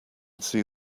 see